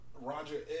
Roger